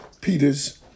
Peter's